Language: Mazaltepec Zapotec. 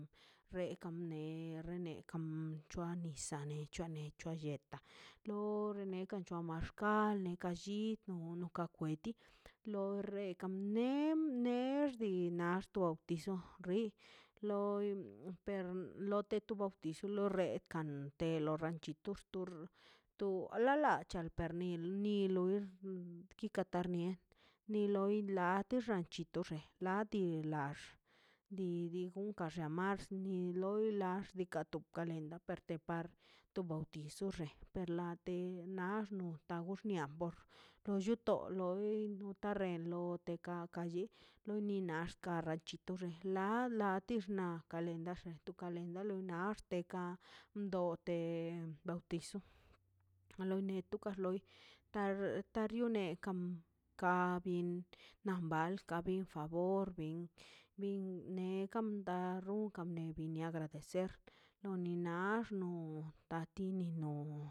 Rekan ne c̱hua nisaꞌ ne c̱hua yetaꞌ lo renekaꞌ c̱hua max kane ka llido no to ka kweti lo rekan ne nem nexi nax to ti iso ri loi per teti to bautizo loi rekan te lo ranchito xto to ala lacha per nin ni loi kika tarnie ni loi later ranchito xe lati lax di digon ka xa max ni loi la xnaꞌ diikaꞌ to kalend te ka par to bautizo xe per late na naxnio tago tabor to lluto loi nota renlo o te gakan lli lo ni nax ka ranchito la a la rsti xnaꞌ to kalenda lo na teka dote bautizo a lo neka to loi na natornie kam bin na bawl ka bin borbin bin ne ka runkan ka nebin nia agradecer lo ni nax no patini no